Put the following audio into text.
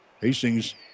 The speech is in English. Hastings